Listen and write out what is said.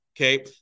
Okay